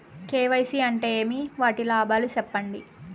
KYC అంటే ఏమి? వాటి లాభాలు సెప్పండి?